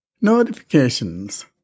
notifications